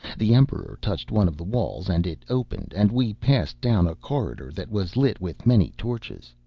the emperor touched one of the walls and it opened, and we passed down a corridor that was lit with many torches.